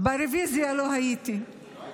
לא היית בהצבעה.